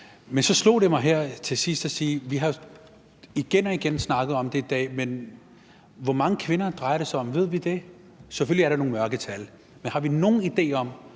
Men så slog noget mig her til sidst. Vi har igen og igen snakket om det i dag, men hvor mange kvinder drejer det sig om? Ved vi det? Selvfølgelig er der nogle mørketal, men har vi nogen idé om,